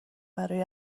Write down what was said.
برای